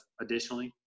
additionally